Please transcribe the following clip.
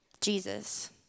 Jesus